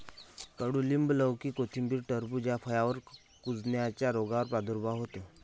कडूलिंब, लौकी, कोथिंबीर, टरबूज या फळांवर कुजण्याच्या रोगाचा प्रादुर्भाव होतो